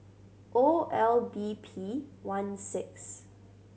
O L B P one six